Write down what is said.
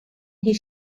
his